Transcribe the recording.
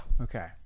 Okay